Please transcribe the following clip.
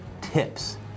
tips